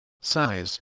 size